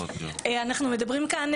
אנחנו מדברים כאן,